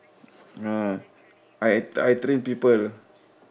ya I I train people